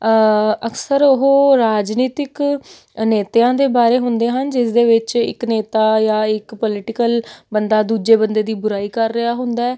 ਅਕਸਰ ਉਹ ਰਾਜਨੀਤਿਕ ਅਨੇਤਿਆਂ ਦੇ ਬਾਰੇ ਹੁੰਦੇ ਹਨ ਜਿਸ ਦੇ ਵਿੱਚ ਇੱਕ ਨੇਤਾ ਜਾਂ ਇੱਕ ਪੋਲੀਟੀਕਲ ਬੰਦਾ ਦੂਜੇ ਬੰਦੇ ਦੀ ਬੁਰਾਈ ਕਰ ਰਿਹਾ ਹੁੰਦਾ ਹੈ